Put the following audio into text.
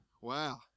Wow